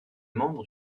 membre